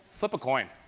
flip a coin?